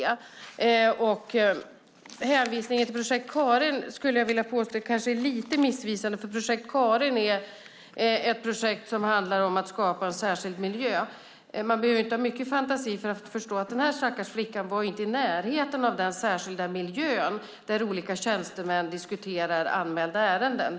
Jag skulle vilja påstå att hänvisningen till Projekt Karin kanske är lite missvisande, för Projekt Karin är ett projekt som handlar om att skapa en särskild miljö. Man behöver inte ha mycket fantasi för att förstå att den här stackars flickan dess värre inte var i närheten av den särskilda miljön, där olika tjänstemän diskuterar anmälda ärenden.